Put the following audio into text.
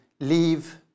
leave